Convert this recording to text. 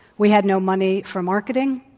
we had no money for marketing.